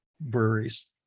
breweries